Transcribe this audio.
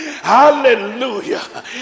hallelujah